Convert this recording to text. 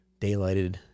daylighted